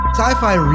Sci-Fi